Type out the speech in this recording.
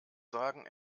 sagen